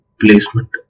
placement